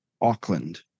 Auckland